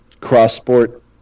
cross-sport